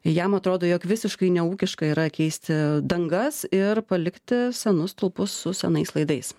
jam atrodo jog visiškai neūkiška yra keisti dangas ir palikti senus stulpus su senais laidais